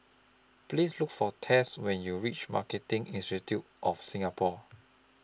Please Look For Tess when YOU REACH Marketing Institute of Singapore